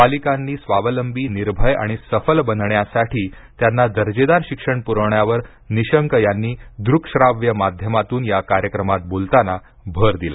बालिकांनी स्वावलंबी निर्भय आणि सफल बनण्यासाठी त्यांना दर्जेदार शिक्षण पुरवण्यावर निशंक यांनी दृक श्राव्य माध्यमातून या कार्यक्रमात बोलताना भर दिला